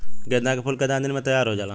गेंदा के फूल केतना दिन में तइयार हो जाला?